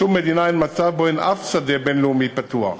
בשום מדינה אין מצב שבו אין אף שדה בין-לאומי פתוח.